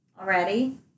Already